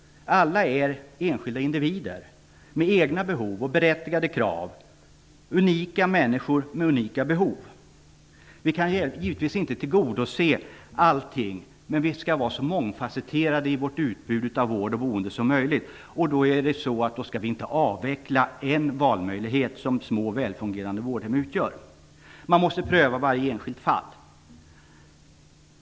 Alla är enskilda individer med egna behov och berättigade krav, unika människor med unika behov. Vi kan givetvis inte tillgodose allt, men vi skall vara så mångfasetterade som möjligt i vårt utbud av vård och boende. Därför skall vi inte avveckla en valmöjlighet som små och välfungerande vårdhem utgör. Man måste pröva varje enskilt fall.